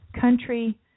country